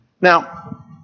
Now